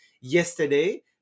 yesterday